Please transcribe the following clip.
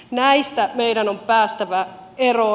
näistä meidän on päästävä eroon